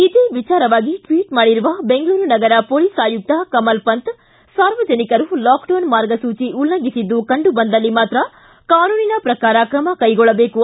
ಇದೇ ವಿಚಾರವಾಗಿ ಟ್ವೀಟ್ ಮಾಡಿರುವ ಬೆಂಗಳೂರು ನಗರ ಪೊಲೀಸ್ ಆಯುಕ್ತ ಕಮಲ್ ಪಂತ್ ಸಾರ್ವಜನಿಕರು ಲಾಕ್ಡೌನ್ ಮಾರ್ಗಸೂಚಿ ಉಲ್ಲಂಘಿಸಿದ್ದು ಕಂಡು ಬಂದಲ್ಲಿ ಮಾತ್ರ ಕಾನೂನಿನ ಪ್ರಕಾರ ಕ್ರಮ ಕೈಗೊಳ್ಳಬೇಕು